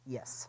Yes